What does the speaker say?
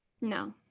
No